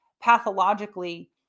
pathologically